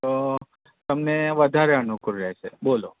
તો તમને વધારે અનુકુળ રહેશે બોલો